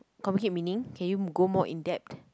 communicate meaning can you go more in-depth